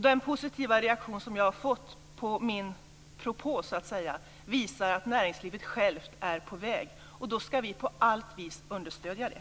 Den positiva reaktion som jag har fått på min propå visar att näringslivet är på väg, och då ska vi på alla sätt understödja det.